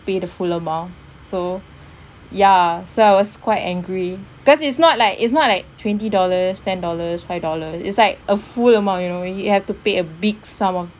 pay the full amount so ya so I was quite angry cause is not like is not like twenty dollars ten dollars five dollars it's like a full amount you know you have to pay a big sum of